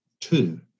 two